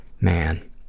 Man